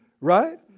Right